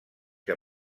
que